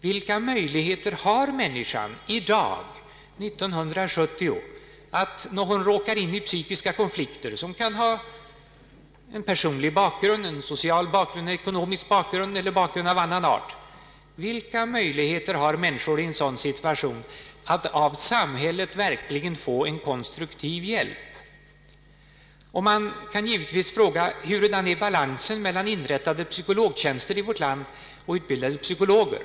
Vilka möjligheter har människan i dag, år 1970 — om hon råkar in i psykiska konflikter som kan ha en personlig bakgrund, en social eller ekonomisk bakgrund eller bakgrund av annan art — att av samhället verkligen få en konstruktiv hjälp? Man kan givetvis då fråga sig: Hurdan är balansen mellan antalet inrättade psykologtjänster i vårt land och utbildade psykologer?